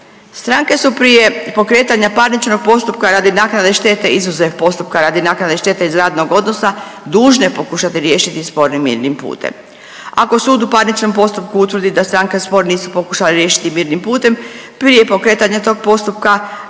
Stranke su prije pokretanja parničnog postupka radi naknade štete, izuzev postupka radi naknade štete iz radnog odnosa duže pokušati riješiti spor mirnim putem. Ako sud u parničnom postupku utvrdi da stranke spor nisu pokušale riješiti mirnim putem, prije pokretanja tog postupka,